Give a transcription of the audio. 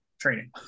training